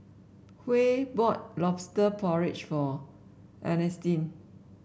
Huey bought lobster porridge for Earnestine